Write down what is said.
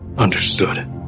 Understood